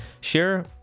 share